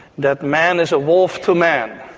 that man is a wolf to man,